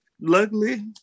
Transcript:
luckily